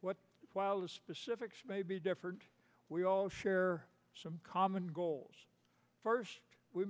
what while the specifics may be different we all share some common goals first we